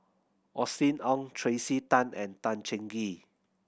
Austen Ong Tracey Tan and Tan Cheng Kee